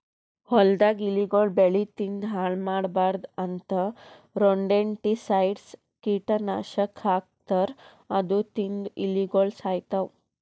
ಹೊಲ್ದಾಗ್ ಇಲಿಗೊಳ್ ಬೆಳಿ ತಿಂದ್ ಹಾಳ್ ಮಾಡ್ಬಾರ್ದ್ ಅಂತಾ ರೊಡೆಂಟಿಸೈಡ್ಸ್ ಕೀಟನಾಶಕ್ ಹಾಕ್ತಾರ್ ಅದು ತಿಂದ್ ಇಲಿಗೊಳ್ ಸಾಯ್ತವ್